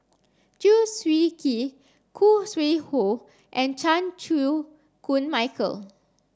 Chew Swee Kee Khoo Sui Hoe and Chan Chew Koon Michael